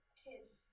kids